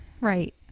Right